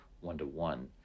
one-to-one